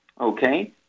okay